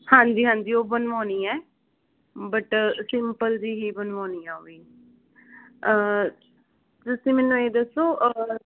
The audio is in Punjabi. ਹਾਂਜੀ ਹਾਂਜੀ ਉਹ ਬਣਵਾਉਣੀ ਹੈ ਬਟ ਸਿੰਪਲ ਜਿਹੀ ਹੀ ਬਣਵਾਉਣੀ ਆ ਵੀ ਤੁਸੀਂ ਮੈਨੂੰ ਇਹ ਦੱਸੋ